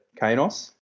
Kanos